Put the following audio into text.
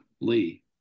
Lee